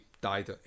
died